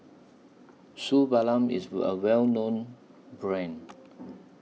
Suu IS A Well known Brand